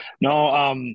No